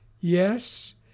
Yes